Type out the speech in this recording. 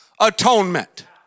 atonement